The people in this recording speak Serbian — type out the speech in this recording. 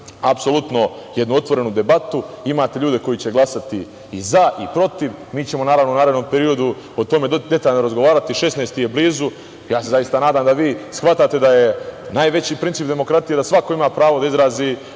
apsolutno jednu otvorenu debatu, imate ljude koji će glasati i za i protiv. Mi ćemo u narednom periodu o tome detaljno razgovarati, 16. je blizu. Ja se zaista nadam da vi shvatate da je najveći princip demokratije da svako ima pravo da izrazi